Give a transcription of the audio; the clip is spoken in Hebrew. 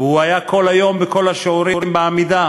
והוא היה כל היום בכל השיעורים בעמידה.